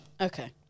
Okay